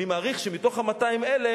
אני מעריך שמתוך ה-200,000,